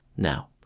Now